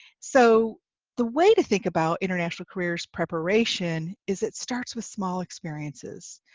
so the way to think about international career's preparation is it starts with small experiences